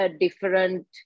different